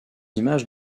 images